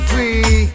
Free